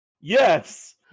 Yes